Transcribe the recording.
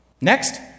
Next